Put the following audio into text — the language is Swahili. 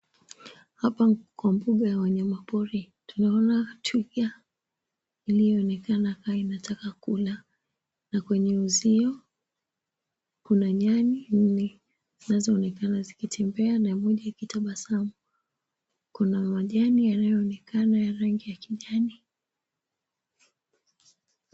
Hapa kwa mbuga ya wanyama pori tunaona twiga iliyoonekana hapa inataka kula na kwenye uzio kuna nyani nne zinazoonekana zikitembea na moja ikitabasamu. Kuna majani yanayoonekana ya rangi ya kijani.